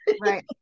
right